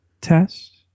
test